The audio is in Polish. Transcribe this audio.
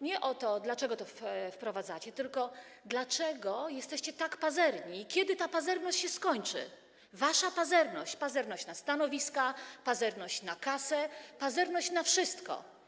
nie o to, dlaczego to wprowadzacie, tylko dlaczego jesteście tak pazerni i kiedy ta pazerność się skończy, wasza pazerność, pazerność na stanowiska, pazerność na kasę, pazerność na wszystko?